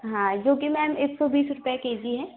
हाँ जो कि मैम एक सौ बीस रुपये केजी है